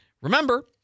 Remember